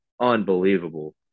unbelievable